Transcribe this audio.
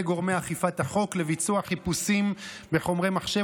גורמי אכיפת החוק לביצוע חיפושים בחומרי מחשב,